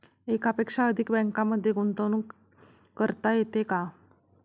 एकापेक्षा अधिक बँकांमध्ये गुंतवणूक करता येते का?